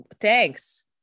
Thanks